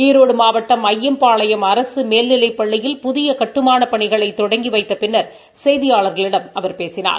ஈரோடு மாவட்டம் அப்யம்பாளையம் அரசு மேல்நிலைப் பள்ளியில் புதிய கட்டுமானப் பணிகளை தொடங்கி வைத்த பின்னர் செய்தியாளர்களிடம் அவர் பேசினார்